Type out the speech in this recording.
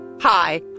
Hi